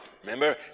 Remember